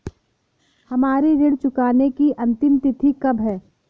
हमारी ऋण चुकाने की अंतिम तिथि कब है?